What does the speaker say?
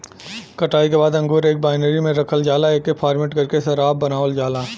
कटाई के बाद अंगूर एक बाइनरी में रखल जाला एके फरमेट करके शराब बनावल जाला